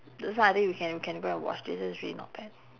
this one I think you can you can go and watch this is really not bad